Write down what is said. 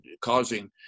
causing